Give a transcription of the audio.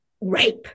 rape